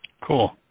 Cool